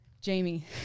Jamie